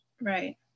Right